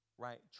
Right